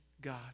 God